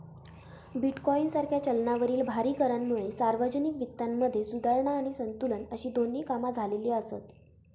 bitcoin सारख्या चलनावरील भारी करांमुळे सार्वजनिक वित्तामध्ये सुधारणा आणि संतुलन अशी दोन्ही कामा झालेली आसत